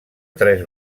tres